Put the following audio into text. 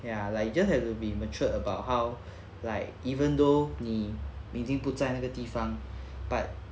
ya like you just have to be matured about how like even though 你已经不在那个地方 but